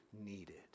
needed